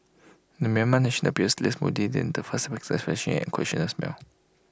the Myanmar national appeared less moody than the first suspect flashing an occasional smile